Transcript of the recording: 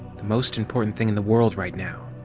the most important thing in the world right now.